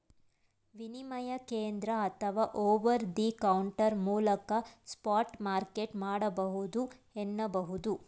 ವಿನಿಮಯ ಕೇಂದ್ರ ಅಥವಾ ಓವರ್ ದಿ ಕೌಂಟರ್ ಮೂಲಕ ಸ್ಪಾಟ್ ಮಾರ್ಕೆಟ್ ಮಾಡಬಹುದು ಎನ್ನುಬಹುದು